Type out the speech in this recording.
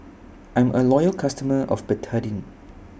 I'm A Loyal customer of Betadine